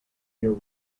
your